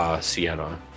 Sienna